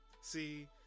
See